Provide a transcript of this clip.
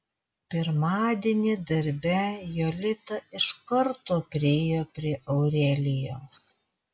pirmadienį darbe jolita iš karto priėjo prie aurelijos